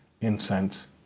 incense